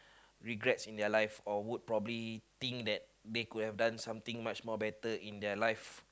regrets in their life or would probably think that they could have done something much more better in their life